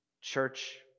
church